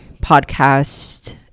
podcast